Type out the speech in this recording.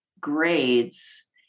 grades